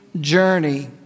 journey